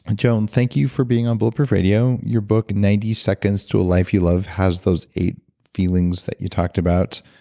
and joan, thank you for being on bulletproof radio, your book, ninety seconds to a life you love has those eight feelings that you talked about.